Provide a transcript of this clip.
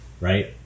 right